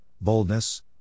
boldness